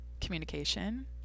communication